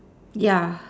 ya